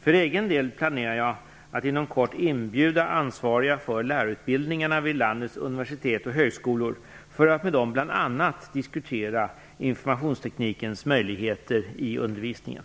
För egen del planerar jag att inom kort inbjuda ansvariga för lärarutbildningarna vid landets universitet och högskolor för att med dem bl.a. diskutera informationsteknikens möjligheter i undervisningen.